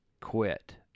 quit